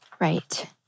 Right